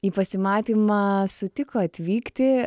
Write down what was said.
į pasimatymą sutiko atvykti